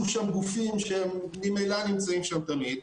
שם גופים שהם ממילא נמצאים שם תמיד.